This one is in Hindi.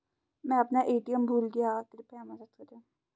मैं अपना ए.टी.एम भूल गया हूँ, कृपया मदद करें